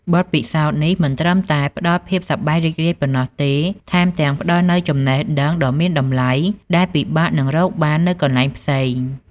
បទពិសោធន៍នេះមិនត្រឹមតែផ្តល់ភាពសប្បាយរីករាយប៉ុណ្ណោះទេ ថែមទាំងផ្តល់នូវចំណេះដឹងដ៏មានតម្លៃដែលពិបាកនឹងរកបាននៅកន្លែងផ្សេង។